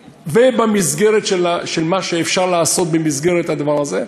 ובמסגרת של מה שאפשר לעשות במסגרת הדבר הזה,